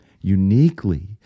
uniquely